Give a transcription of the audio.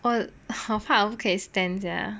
orh 我怕我不可以 stand sia